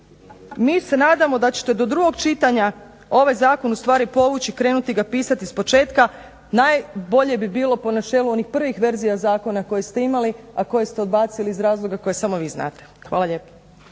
Mi se nadamo da ćete do drugog čitanja ovaj zakon ustvari povući, krenuti ga pisati iz početka. Najbolje bi bilo po načelu onih prvih verzija zakona koje ste imali, a koje ste odbacili iz razloga koje samo vi znate. Hvala lijepo.